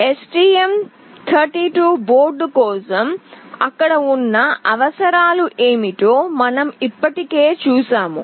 STM32 board కోసం అక్కడ ఉన్న అవసరాలు ఏమిటో మేము ఇప్పటికే చూశాము